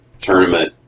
tournament